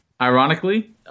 Ironically